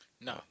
No